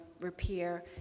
repair